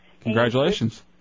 Congratulations